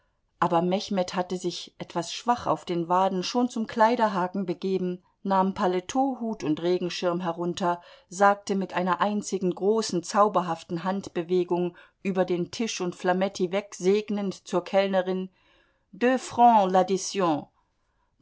aber mechmed hatte sich etwas schwach auf den waden schon zum kleiderhaken begeben nahm paletot hut und regenschirm herunter sagte mit einer einzigen großen zauberhaften handbewegung über den tisch und flametti wegsegnend zur kellnerin